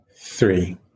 three